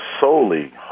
solely